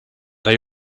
they